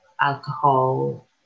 Alcohol